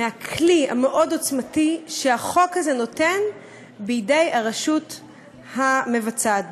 מהכלי המאוד-עוצמתי שהחוק הזה נותן בידי הרשות המבצעת,